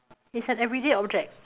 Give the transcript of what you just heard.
it's an everyday object